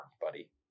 buddy